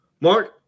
Mark